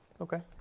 Okay